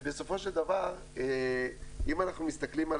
ובסופו של דבר אם אנחנו מסתכלים על